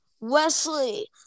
Wesley